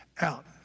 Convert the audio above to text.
out